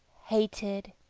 hated,